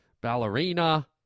ballerina